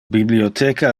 bibliotheca